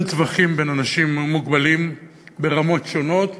טווחים בין אנשים המוגבלים ברמות שונות.